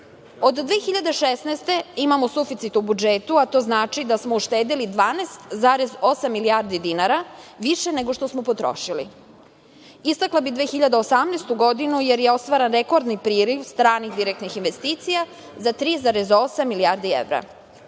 godine, imamo suficit u budžetu, a to znači da smo uštedeli 12,8 milijardi dinara, više nego što smo potrošili. Istakla bih 2018. godinu, jer je ostvaren rekordni priliv stranih direktnih investicija za 3,8 milijardi evra.